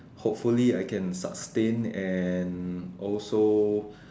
hopefully I can sustain and also